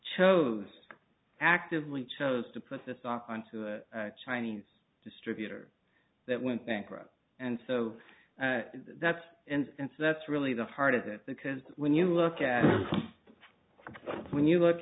chose actively chose to put this off on to a chinese distributor that went bankrupt and so that's and that's that's really the heart of it because when you look at when you look